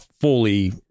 fully